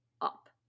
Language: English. up